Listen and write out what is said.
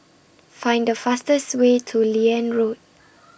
Find The fastest Way to Liane Road